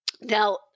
Now